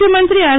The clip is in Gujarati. કૃષિમંત્રી આર